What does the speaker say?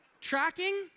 Tracking